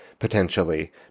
potentially